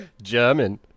German